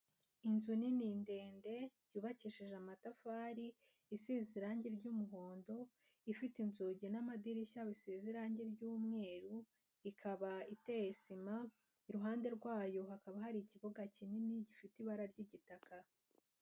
Inzu nini ndende yubakishije amatafari, isize irangi ry'umuhondo, ifite inzugi n'amadirishya bisize irangi ry'umweru, ikaba iteye sima, iruhande rwayo hakaba hari ikibuga kinini gifite ibara ry'igitaka.